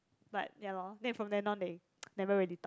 but ya loh then from then on they never really talk